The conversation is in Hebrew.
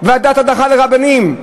ועדת הדחה לרבנים.